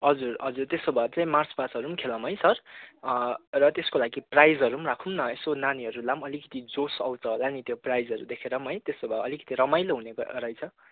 हजुर हजुर त्यसो भए चाहिँ मार्चपास्टहरू खेलाऊँ है सर र त्यसको लागि प्राइजहरू राखौँ न यसो नानीहरूलाई अलिकति जोस आउँछ होला नि त्यो प्राइजहरू देखेर है त्यसो भए अलिकति रमाइलो हुने रहेछ